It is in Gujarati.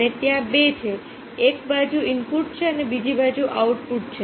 અને ત્યાં બે છે એક બાજુ ઇનપુટ છે બીજી બાજુ આઉટપુટ છે